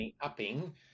upping